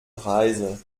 reise